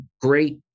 great